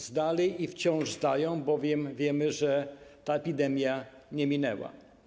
Zdali i wciąż zdają, bowiem wiemy, że ta epidemia nie minęła.